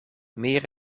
meer